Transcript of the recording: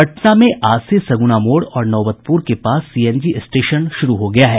पटना में आज से सगुना मोड़ और नौबतपुर के पास सीएनजी स्टेशन शुरू हो गया है